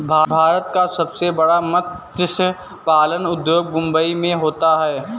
भारत का सबसे बड़ा मत्स्य पालन उद्योग मुंबई मैं होता है